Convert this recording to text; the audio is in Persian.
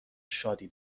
شادی